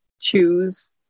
choose